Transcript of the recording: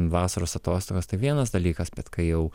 vasaros atostogos tai vienas dalykas bet kai jau